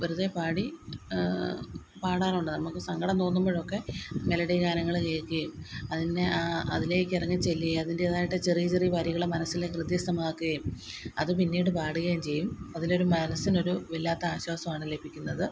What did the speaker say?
വെറുതെ പാടി പാടാറുണ്ട് നമുക്ക് സങ്കടം തോന്നുമ്പോഴൊക്കെ മെലഡി ഗാനങ്ങള് കേൾക്കുകയും അതിൻ്റെ ആ അതിലേക്കിറങ്ങി ചെല്ലുകയും അതിൻറ്റേതായിട്ട് ചെറിയ ചെറിയ വരികളും മനസ്സില് ഹൃദ്യസ്ഥമാക്കുകയും അത് പിന്നീട് പാടുകയും ചെയ്യും അതിലൊരു മനസ്സിനൊരു വല്ലാത്ത ആശ്വാസമാണ് ലഭിക്കുന്നത്